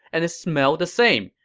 and it smelled the same.